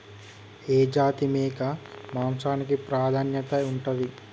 ఏ జాతి మేక మాంసానికి ప్రాధాన్యత ఉంటది?